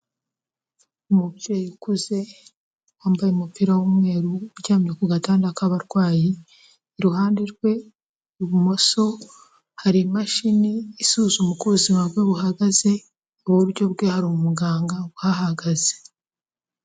Umubyeyi ukuze, wambaye umupira w'umweru, uryamye ku gatanda k'abarwayi, iruhande rwe ibumoso, hari imashini isuzuma uko ubuzima bwe buhagaze, iburyo bwe hari umuganga uhahagaze.